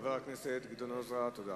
חבר הכנסת גדעון עזרא, בבקשה.